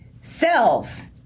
cells